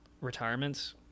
retirements